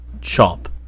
CHOP